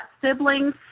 siblings